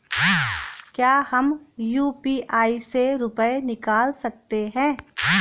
क्या हम यू.पी.आई से रुपये निकाल सकते हैं?